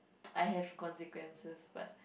I have consequences but